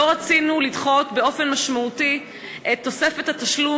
לא רצינו לדחות באופן משמעותי את תוספת התשלום,